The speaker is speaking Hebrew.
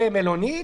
במלונית